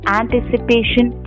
anticipation